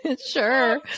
sure